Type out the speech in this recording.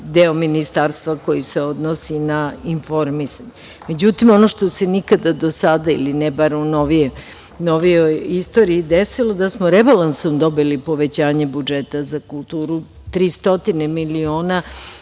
deo Ministarstva koji se odnosi na informisanje. Međutim, ono što se nikada do sada, ili bar ne u novijoj istoriji, nije desilo da samo rebalansom dobili povećanje budžeta za kulturu, 300 miliona.